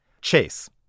chase